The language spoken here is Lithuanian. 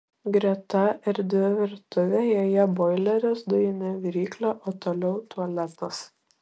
greta erdvi virtuvė joje boileris dujinė viryklė o toliau tualetas